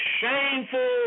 shameful